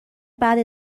بعد